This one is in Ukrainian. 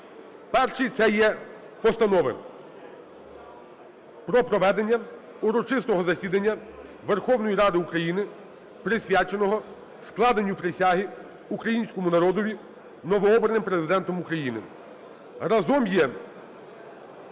Перший – це є постанови про проведення урочистого засідання Верховної Ради України, присвяченого складенню присяги Українському народові новообраним Президентом України.